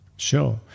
Sure